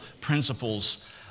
principles